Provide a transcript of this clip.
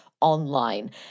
online